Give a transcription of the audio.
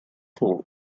foo